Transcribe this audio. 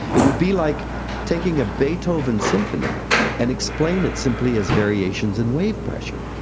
it would be like taking a beethoven symphony and explaining it simply as variations in wave pressure.